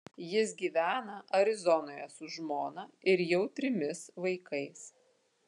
jis gyvena arizonoje su žmona ir jau trimis vaikais